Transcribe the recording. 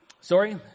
Sorry